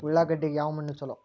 ಉಳ್ಳಾಗಡ್ಡಿಗೆ ಯಾವ ಮಣ್ಣು ಛಲೋ?